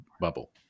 bubble